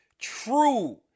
true